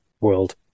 world